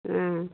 অঁ